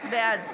בעד